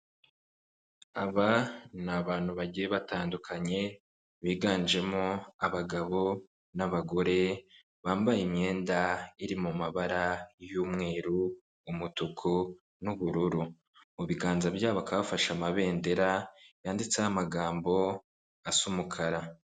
Aba ni abantu bagiye batandukanye, biganjemo abagabo n'abagore, bambaye imyenda iri mu mabara y'umweru, umutuku, n'ubururu. Mu biganza byabo bakaba bafashe amabendera yanditseho amagambo asa umukara.